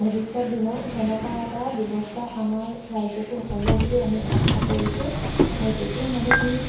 ভৱিষ্যত দিনত সেনেকুৱা এটা ব্যৱস্থা আমাৰ ৰাজ্যতো হ'ব বুলি আমি আশা কৰিছো তেতিয়া মানুহখিনি